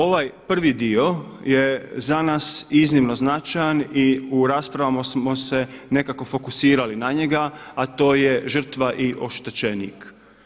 Ovaj prvi dio je za nas iznimno značajan i u raspravama smo se nekako fokusirali na njega, a to je žrtva i oštećenik.